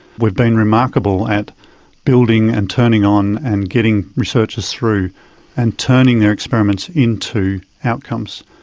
we've been remarkable at building and turning on and getting researchers through and turning their experiments into outcomes.